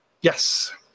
yes